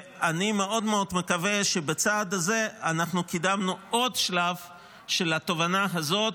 אני מאוד מאוד מקווה שבצעד הזה אנחנו קידמנו עוד שלב בתובנה הזאת,